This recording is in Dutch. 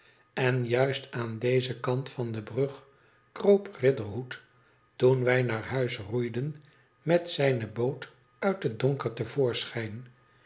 en juist aan dezen kant van de brug kroop riderhood toen wij naar huis roeiden met zijne boot uit het donker